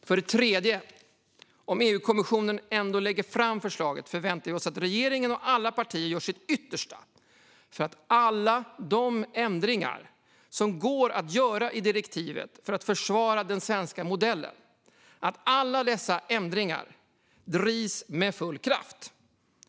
För det tredje: Om EU-kommissionen ändå lägger fram förslaget förväntar vi oss att regeringen och alla partier gör sitt yttersta för att alla de ändringar som går att göra i direktivet för att försvara den svenska modellen drivs med full kraft.